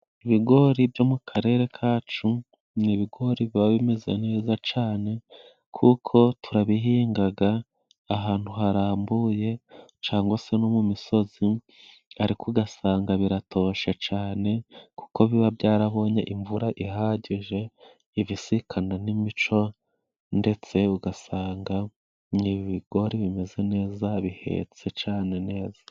Ibigori byo mu karere kacu ni ibigori biba bimeze neza cane, kuko turabihingaga ahantu harambuye cangwa se no mu misozi, ariko ugasanga biratoshe cane, kuko biba byarabonye imvura ihagije ibisikana n'imico, ndetse ugasanga ni ibigori bimeze neza bihetse cane neza.